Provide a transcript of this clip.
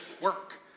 work